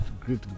great